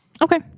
Okay